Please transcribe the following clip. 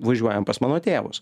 važiuojam pas mano tėvus